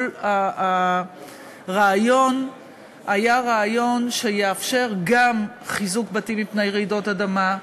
כל הרעיון היה לאפשר גם חיזוק בתים מפני רעידות אדמה,